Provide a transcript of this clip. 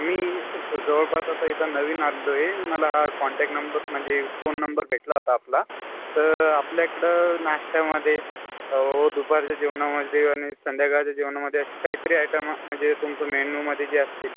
मी जवळपास आता इथं नवीन आलेलो आहे मला हा कॉन्टॅक नंब म्हणजे फोन नंबर भेटला होता आपला तर आपल्या इकडं नाश्त्यामध्ये व दुपारच्या जेवणामध्ये आणि संध्याकाळच्या जेवणामध्ये असे काहीतरी अॅटम म्हणजे तुमचं मेनूमध्ये जे असतील